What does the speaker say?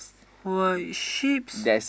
white sheeps